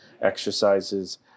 exercises